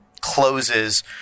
closes